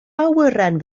awyren